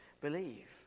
believe